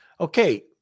Okay